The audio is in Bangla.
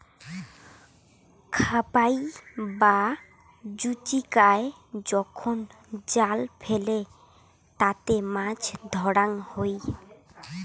খাবাই বা জুচিকায় যখন জাল ফেলে তাতে মাছ ধরাঙ হই